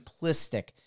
simplistic